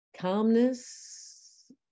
Calmness